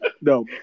No